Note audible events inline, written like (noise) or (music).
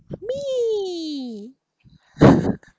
me (laughs)